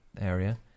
area